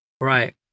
Right